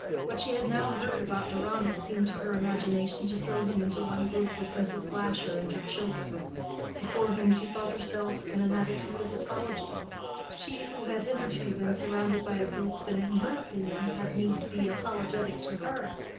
what she had now heard about deronda seemed to her imagination to throw him into one group with mrs. glasher and her children before whom she felt herself in an attitude of apology she who had hitherto been surrounded by a group that in her opinion had need be apologetic to her.